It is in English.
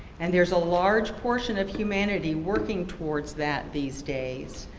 and there's a large portion of humanity working towards that these days,